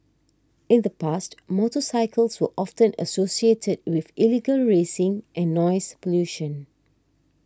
in the past motorcycles were often associated with illegal racing and noise pollution